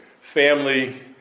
family